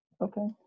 okay